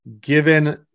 given